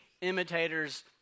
imitators